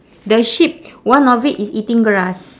the sheep one of it is eating grass